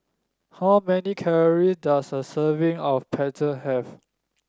how many calorie does a serving of Pretzel have